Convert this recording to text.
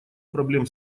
проблем